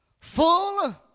full